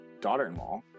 daughter-in-law